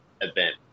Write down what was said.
event